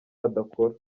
adakora